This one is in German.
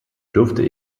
dürfte